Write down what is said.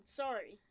sorry